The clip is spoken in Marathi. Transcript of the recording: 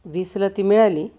वीसला ती मिळाली